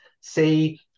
Say